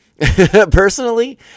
Personally